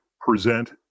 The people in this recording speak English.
present